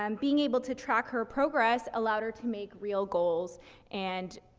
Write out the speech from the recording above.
um being able to track her progress allowed her to make real goals and